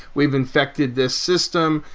we've infected this system,